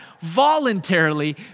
voluntarily